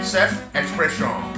Self-expression